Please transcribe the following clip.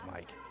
Mike